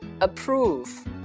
Approve